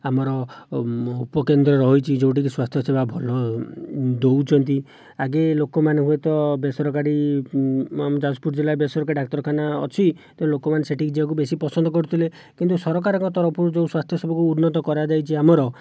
ଆମର ଉପକେନ୍ଦ୍ର ରହିଛି ଯେଉଁଠି କି ସ୍ୱାସ୍ଥ୍ୟସେବା ଭଲ ଦେଉଛନ୍ତି ଆଗେ ଲୋକମାନେ ହୁଏତ ବେସରକାରୀ ଆମ ଯାଜପୁର ଜିଲ୍ଲାରେ ବେସରକାରୀ ଡାକ୍ତରଖାନା ଅଛି ତେଣୁ ଲୋକମାନେ ସେ'ଠିକି ଯିବାକୁ ବେଶି ପସନ୍ଦ କରୁଥିଲେ କିନ୍ତୁ ସରକାରଙ୍କ ତରଫରୁ ଯେଉଁ ସ୍ଵାସ୍ଥ୍ୟସେବାକୁ ଉନ୍ନତ କରାଯାଇଛି ଆମର